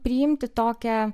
priimti tokią